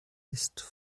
ist